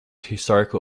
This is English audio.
historical